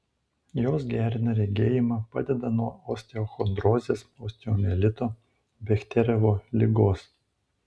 jos gerina regėjimą padeda nuo osteochondrozės osteomielito bechterevo ligos